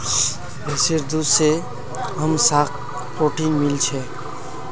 भैंसीर दूध से हमसाक् प्रोटीन मिल छे